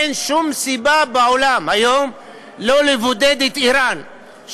אין שום סיבה בעולם היום שלא לבודד את איראן,